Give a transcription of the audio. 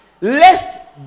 lest